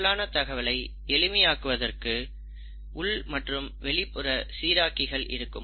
சிக்கலான தகவலை எளிமையாக்குவதற்கு உள் மற்றும் வெளிப்புற சீராக்கிகள் இருக்கும்